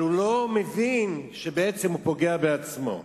אבל הוא לא מבין שבעצם הוא פוגע בעצמו.